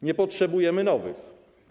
Nie potrzebujemy nowych.